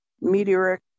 meteoric